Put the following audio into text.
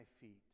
feet